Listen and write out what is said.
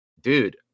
dude